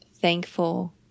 thankful